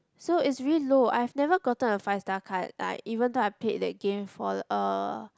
so it's really low I've never gotten a five star card like even though I played that game for l~ uh